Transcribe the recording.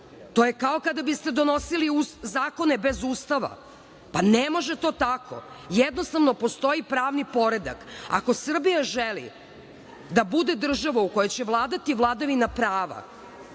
To je kao kada biste donosili zakone bez Ustava. Ne može to tako. Jednostavno, postoji pravni poredak. Ako Srbija želi da bude država u kojoj će vladati vladavina prava,